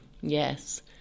Yes